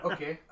Okay